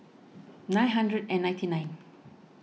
nine hundred and ninety nine